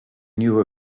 knew